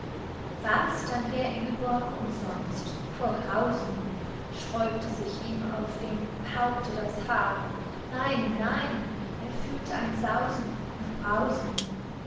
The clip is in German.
dann wär ingborg umsonst vor grausen sträubte sich ihm auf dem haupte das haar nein nein er fühlt ein sausen und brausen